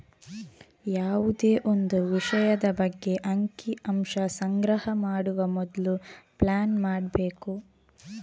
ಯಾವುದೇ ಒಂದು ವಿಷಯದ ಬಗ್ಗೆ ಅಂಕಿ ಅಂಶ ಸಂಗ್ರಹ ಮಾಡುವ ಮೊದ್ಲು ಪ್ಲಾನ್ ಮಾಡ್ಬೇಕು